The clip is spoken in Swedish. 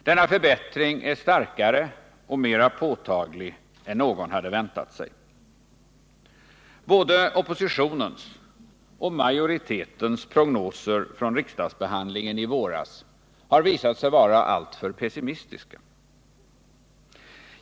Denna förbättring är starkare och mera påtaglig än någon hade väntat sig. Både oppositionens och majoritetens prognoser från riksdagsbehandlingen i våras har visat sig vara alltför pessimistiska.